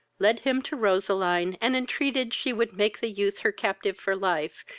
led him to roseline, and entreated she would make the youth her captive for life,